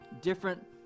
different